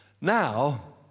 Now